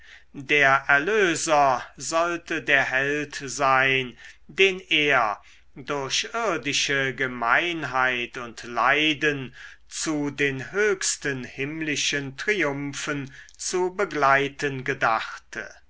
der erlöser sollte der held sein den er durch irdische gemeinheit und leiden zu den höchsten himmlischen triumphen zu begleiten gedachte